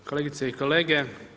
Kolegice i kolege.